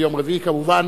ביום רביעי, כמובן,